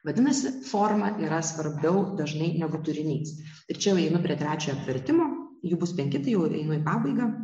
vadinasi forma yra svarbiau dažnai negu turinys ir čia jau einu prie trečio apvertimo jų bus penki tai jau einu į pabaigą